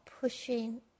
pushing